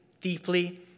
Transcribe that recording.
deeply